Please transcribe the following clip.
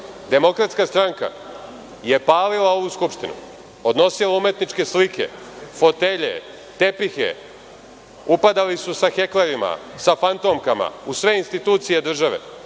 Godine 2000. DS je palila ovu Skupštinu, odnosila umetničke slike, fotelje, tepihe, upadali su heklerima, sa fantomkama u sve institucije države,